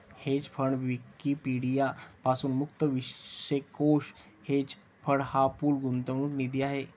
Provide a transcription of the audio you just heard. hedge fund Wikipedia पासून मुक्त विश्वकोश हेज फंड हा पूल गुंतवणूक निधी आहे